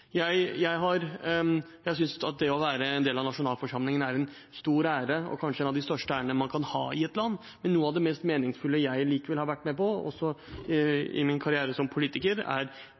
Jeg synes at det å være en del av nasjonalforsamlingen er en stor ære og kanskje en av de største ærene man kan ha i et land, men noe av det mest meningsfulle jeg likevel har vært med på i min karriere som politiker, er